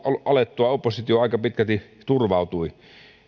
alettua oppositio aika pitkälti turvautui